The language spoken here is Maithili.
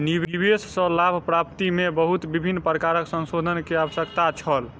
निवेश सॅ लाभ प्राप्ति में बहुत विभिन्न प्रकारक संशोधन के आवश्यकता छल